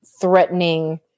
threatening